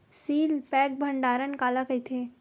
Seal pack भंडारण काला कइथे?